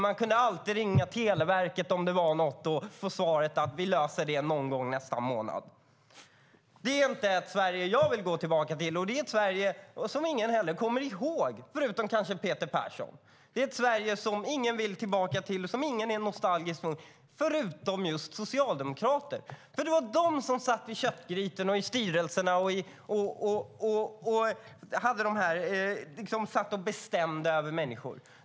Man kunde alltid ringa Televerket om det var något och få svaret: Vi löser det någon gång nästa månad. Det är inte ett Sverige som jag vill gå tillbaka till. Det är inte heller ett Sverige som någon kommer ihåg, förutom kanske Peter Persson. Det är ett Sverige som ingen vill tillbaka till och som ingen är nostalgisk över, förutom just socialdemokrater. Det var nämligen de som satt vid köttgrytorna och i styrelserna och bestämde över människor.